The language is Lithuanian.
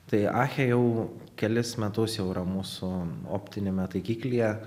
tai akche jau kelis metus jau yra mūsų optiniame taikiklyje